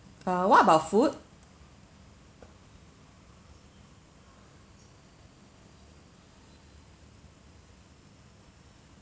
uh what about food